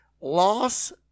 loss